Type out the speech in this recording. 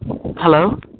Hello